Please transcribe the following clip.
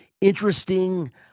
Interesting